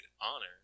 honor